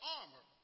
armor